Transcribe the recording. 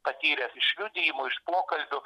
patyręs iš liudijimų iš pokalbių